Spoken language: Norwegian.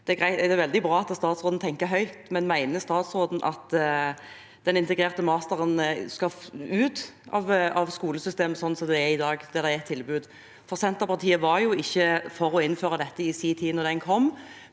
Det er veldig bra at statsråden tenker høyt, men mener statsråden at den integrerte masteren skal ut av skolesystemet, sånn som den er i dag, der det er et tilbud? Senterpartiet var jo ikke for å innføre dette i sin tid, da den kom,